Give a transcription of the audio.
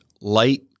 light